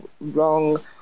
wrong